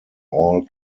all